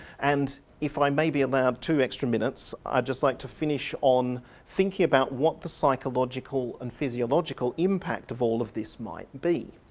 and if i may be allowed two extra minutes i'd just like to finish on thinking about what the psychological and physiological impact of all of this might be.